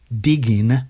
digging